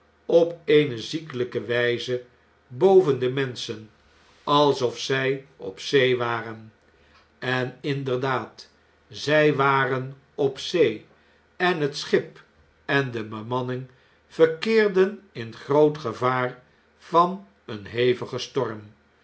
op eene ziekelpe wjjze boven de menschen alsof zjj op zee waren en inderdaad zg waren op zee en het schip en de bemanning verkeerden in groot gevaarvaneen hevigen storm